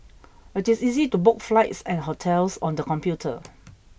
It is easy to book flights and hotels on the computer